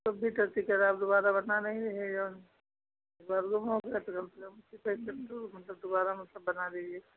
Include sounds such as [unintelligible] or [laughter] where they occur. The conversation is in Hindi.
तब भी ग़लती करे आप दोबारा बना नहीं रहीं हैं यों [unintelligible] मतलब दोबारा मतलब बना दीजिए